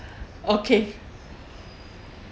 okay